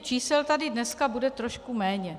Čísel tady dneska bude trošku méně.